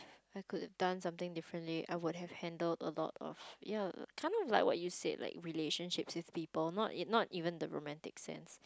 I could have done something differently I would have handled a lot of ya kind of like what you said like relationships with people not even~ not even the romantic sense